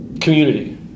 community